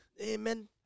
amen